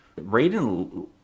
raiden